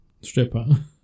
Stripper